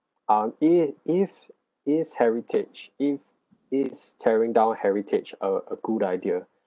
um if ifs ifs heritage if it's tearing down heritage a a good idea